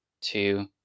two